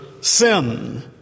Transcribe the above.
sin